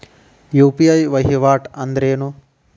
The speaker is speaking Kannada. ಯು.ಪಿ.ಐ ವಹಿವಾಟ್ ಅಂದ್ರೇನು?